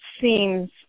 seems